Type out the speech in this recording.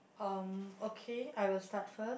um okay I will start first